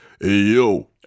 Yo